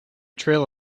trail